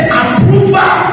approval